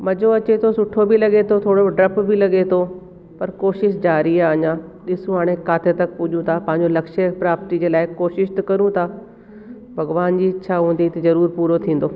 मज़ो अचे थो सुठो बि लॻे थो थोड़ो डप बि लॻे थो पर कोशिश ज़ारी आहे अञा ॾिसूं हाणे किते तक पूजूं था पंहिंजो लक्ष्य प्राप्ती जे लाइ कोशिश त कयूं था भॻिवान जी इच्छा हूंदी त ज़रूरु पूरो थींदो